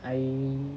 I